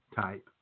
type